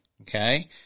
Okay